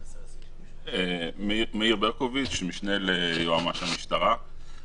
אני משנה ליועמ"ש המשטרה.